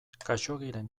khaxoggiren